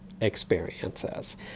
experiences